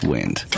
Wind